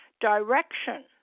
direction